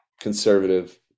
conservative